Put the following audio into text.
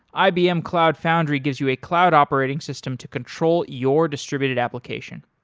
ibm cloud foundry gives you a cloud operating system to control your distributed application.